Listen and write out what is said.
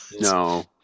No